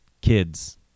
Kids